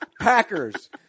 Packers